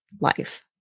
life